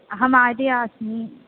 अहम् आर्या अस्मि